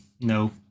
no